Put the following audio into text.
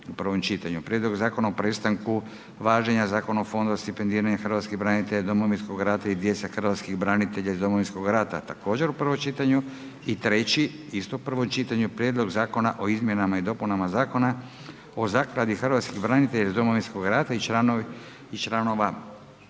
Prijedlog Zakona o prestanku važenju Zakona o fondu za stipendiranja hrvatskih branitelja Domovinskog rata i djece hrvatskih branitelja iz Domovinskog rata, također u provom čitanju. I treći, isto prvo čitanje, Prijedlog Zakona o izmjenama i dopunama Zakona o zakladi hrvatskih branitelja iz Domovinskog rata i članova